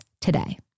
today